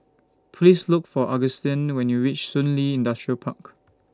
Please Look For Agustin when YOU REACH Shun Li Industrial Park